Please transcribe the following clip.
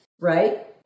right